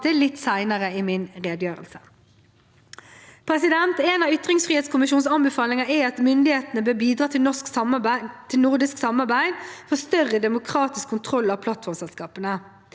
litt senere i min redegjørelse. En av ytringsfrihetskommisjonens anbefalinger er at myndighetene bør bidra til nordisk samarbeid for større demokratisk kontroll av plattformselskapene.